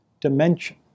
dimension